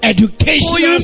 Education